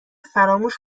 فراموش